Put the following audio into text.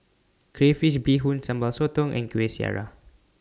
Crayfish Beehoon Sambal Sotong and Kueh Syara